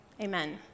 Amen